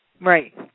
right